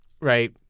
right